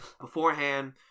beforehand